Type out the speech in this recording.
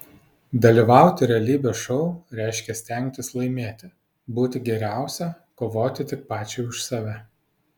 dalyvauti realybės šou reiškia stengtis laimėti būti geriausia kovoti tik pačiai už save